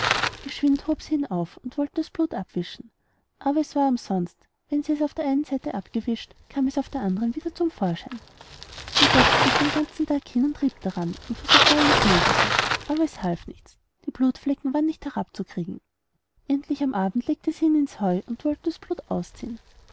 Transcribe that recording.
geschwind hob sie ihn auf und wollte das blut abwischen aber es war umsonst wenn sie es auf der einen seite abgewischt kam es auf der andern wieder zum vorschein sie setzte sich den ganzen tag hin und rieb daran und versuchte alles mögliche aber es half nichts die blutflecken waren nicht herabzubringen endlich am abend legte sie ihn ins heu das sollte in der nacht das blut ausziehen